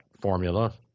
formula